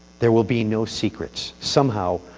there will be no secrets. somehow,